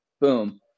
Boom